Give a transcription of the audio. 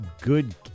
good